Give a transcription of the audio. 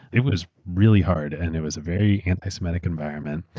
it was really hard and it was a very anti-semitic environment.